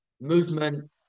movement